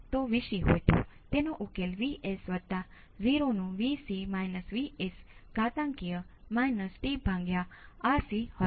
તેથી તમારી પાસે આ નોડ છે જ્યાં તમારી પાસે અવરોધમાંથી મર્યાદિત વિદ્યુત પ્રવાહ છે અને કેપેસિટરમાંથી કદાચ અનંત વિદ્યુત પ્રવાહ વહે છે